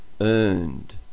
earned